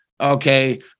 okay